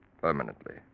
permanently